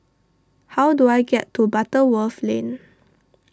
how do I get to Butterworth Lane